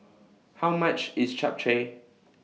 How much IS Japchae